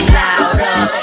louder